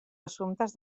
assumptes